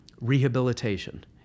rehabilitation